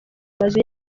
mazu